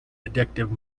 addictive